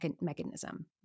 mechanism